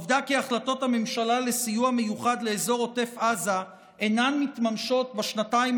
העובדה שהחלטות הממשלה לסיוע מיוחד לאזור עוטף עזה אינן מתממשות בשנתיים